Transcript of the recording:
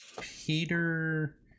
Peter